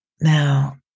Now